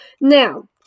now